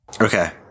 Okay